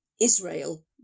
Israel